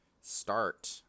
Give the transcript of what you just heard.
start